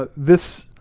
ah this,